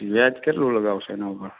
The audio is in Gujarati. વ્યાજ કેટલું લગાવશે એના ઉપર